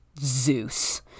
Zeus